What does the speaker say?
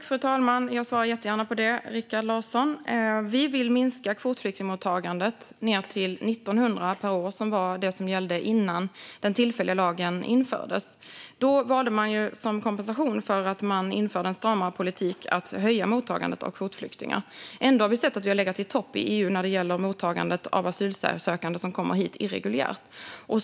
Fru talman! Jag svarar jättegärna på det, Rikard Larsson. Vi vill minska kvotflyktingmottagandet till 1 900 per år, som var det som gällde innan den tillfälliga lagen infördes. Då valde man som kompensation för att man införde en stramare politik att öka mottagandet av kvotflyktingar. Ändå har vi sett att vi har legat i topp i EU när det gäller mottagandet av asylsökande som kommer hit irreguljärt.